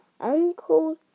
Uncle